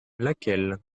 laquelle